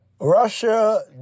Russia